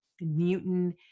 Newton